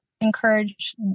encourage